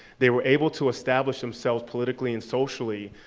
they were able to establish themselves politically and socially,